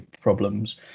problems